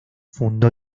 fundó